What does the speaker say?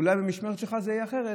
ואולי במשמרת שלך זה יהיה אחרת,